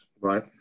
Right